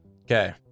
okay